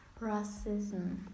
racism